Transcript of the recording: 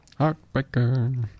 Heartbreaker